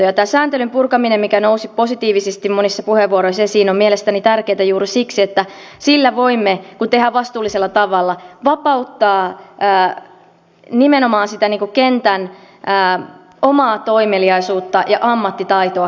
ja tämä sääntelyn purkaminen mikä nousi positiivisesti monissa puheenvuoroissa esiin on mielestäni tärkeätä juuri siksi että sillä voimme kun se tehdään vastuullisella tavalla vapauttaa käyttöön nimenomaan sitä kentän omaa toimeliaisuutta ja ammattitaitoa